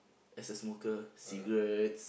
as a smoker cigarettes